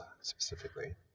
specifically